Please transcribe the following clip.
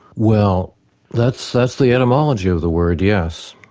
well that's that's the etymology of the word, yes.